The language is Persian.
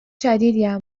شدیدیم